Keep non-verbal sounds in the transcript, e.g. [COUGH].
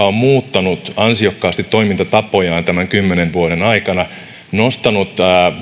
[UNINTELLIGIBLE] on muuttanut ansiokkaasti toimintatapojaan tämän kymmenen vuoden aikana ja nostanut